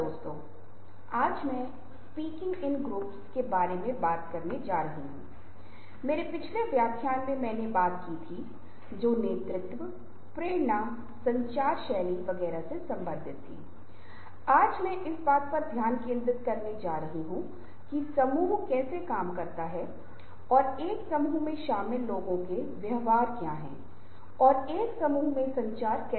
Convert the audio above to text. दोस्तों इस सत्र में हम समय प्रबंधन के बारे में बात करेंगे और हम समय प्रबंधन समय की माप के बारे में चर्चा करेंगे समय प्रबंधन की महत्वपूर्ण खोज लाभ और विफलताएं समय प्रबंधन की बाधाएं समय प्रबंधन प्रक्रिया और अंत में हम समय प्रबंधन के बारे में कुछ चिंताओं पर चर्चा करेंगे